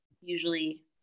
usually